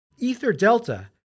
EtherDelta